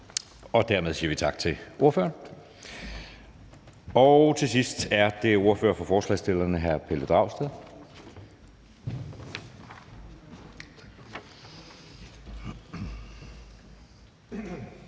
Dermed siger vi tak til ordføreren. Til sidst er det ordføreren for forslagsstillerne, hr. Pelle Dragsted.